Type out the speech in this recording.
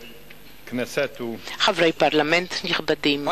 חברי פרלמנט נכבדים,